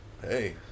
Hey